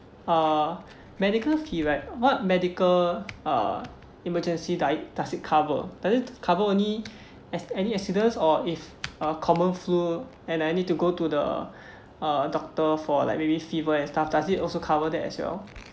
uh medical fee right what medical uh emergency do~ does it cover does it cover only as any accidents or if a common flu and I need to go to the uh doctor for like maybe fever and stuff does it also cover that as well